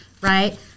Right